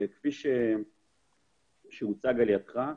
כפי שהוצג על ידך,